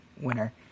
winner